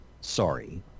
sorry